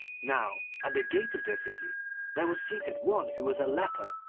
now at the gate of the city there was seated one who was a leper.